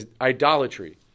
idolatry